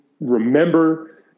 remember